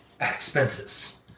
Expenses